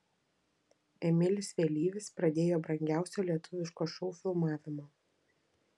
emilis vėlyvis pradėjo brangiausio lietuviško šou filmavimą